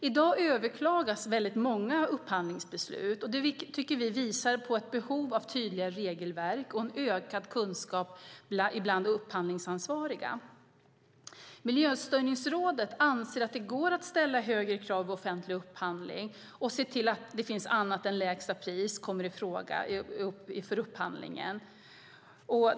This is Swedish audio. I dag överklagas många upphandlingsbeslut, vilket vi tycker visar på ett behov av tydligare regelverk och en ökad kunskap bland de upphandlingsansvariga. Miljöstyrningsrådet anser att det går att ställa högre krav vid offentlig upphandling och se till att annat än lägsta pris kommer i fråga för upphandlingen.